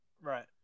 Right